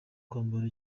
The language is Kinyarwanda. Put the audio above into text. kwambara